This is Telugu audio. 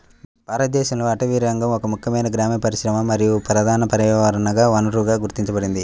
భారతదేశంలో అటవీరంగం ఒక ముఖ్యమైన గ్రామీణ పరిశ్రమ మరియు ప్రధాన పర్యావరణ వనరుగా గుర్తించబడింది